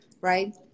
right